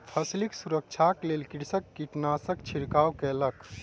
फसिलक सुरक्षाक लेल कृषक कीटनाशकक छिड़काव कयलक